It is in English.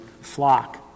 flock